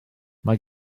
mae